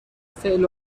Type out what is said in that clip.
فعل